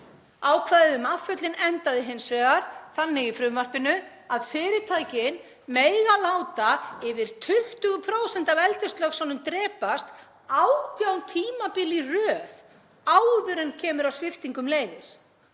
Ákvæðið um afföllin endaði hins vegar þannig í frumvarpinu að fyrirtækin mega láta yfir 20% af eldislöxunum drepast 18 tímabil í röð áður en kemur að sviptingu leyfis.